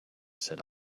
set